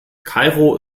kairo